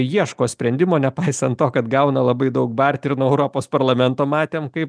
ieško sprendimo nepaisant to kad gauna labai daug barti ir nuo europos parlamento matėm kaip